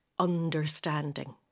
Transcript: understanding